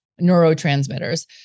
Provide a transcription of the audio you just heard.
neurotransmitters